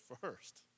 first